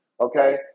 okay